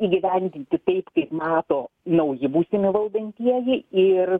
įgyvendinti taip kaip mato nauji būsimi valdantieji ir